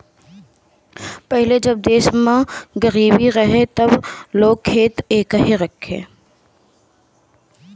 पहिले जब देश में गरीबी रहे तब लोग एके खात रहे